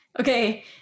Okay